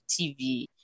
tv